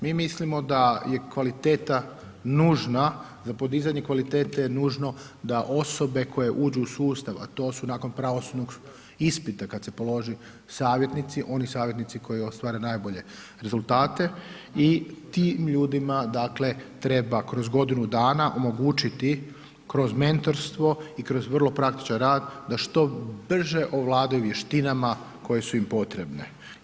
Mi mislimo da je kvaliteta nužna za podizanje kvalitete je nužno da osobe koje uđu u sustav, a to su nakon pravosudnog ispita kada se položi, savjetnici, oni savjetnici koje ostvare najbolje rezultate i tim ljudima dakle, treba kroz godinu dana, omogućiti kroz mentorstvo i kroz vrlo praktični rad, da što brže ovladaju vještinama koje su im potrebne.